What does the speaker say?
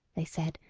they said,